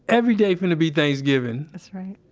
every day finna be thanksgiving! that's right